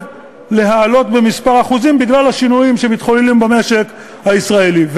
להעלות בכמה אחוזים בגלל השינויים שמתחוללים במשק הישראלי,